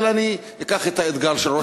אבל אני אקח את האתגר של ראש הממשלה.